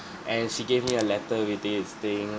and she gave me a letter with this thing